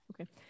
Okay